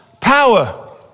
power